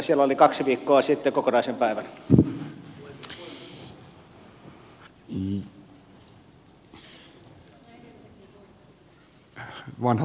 siellä olin kaksi viikkoa sitten kokonaisen päivän